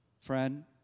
Friend